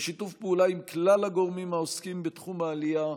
בשיתוף פעולה עם כלל הגורמים העוסקים בתחום העלייה,